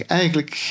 eigenlijk